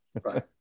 right